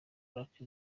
lucky